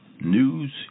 news